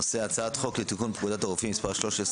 הצעת חוק לתיקון פקודת הרופאים (מס' 13